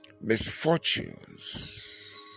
misfortunes